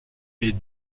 est